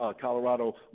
Colorado